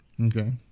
Okay